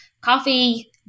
coffee